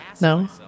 No